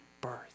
birth